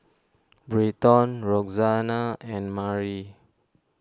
Britton Roxanna and Mari